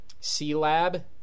c-lab